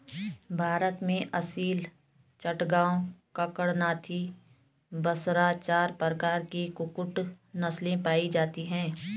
भारत में असील, चटगांव, कड़कनाथी, बसरा चार प्रकार की कुक्कुट नस्लें पाई जाती हैं